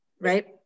Right